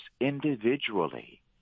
individually